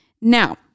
Now